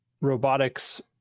robotics